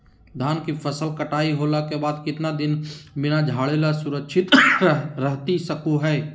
धान के फसल कटाई होला के बाद कितना दिन बिना झाड़ले सुरक्षित रहतई सको हय?